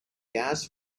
gas